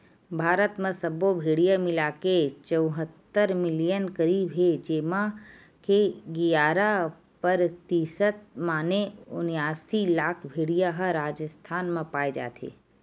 भारत म सब्बो भेड़िया मिलाके चउहत्तर मिलियन करीब हे जेमा के गियारा परतिसत माने उनियासी लाख भेड़िया ह राजिस्थान म पाए जाथे